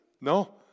No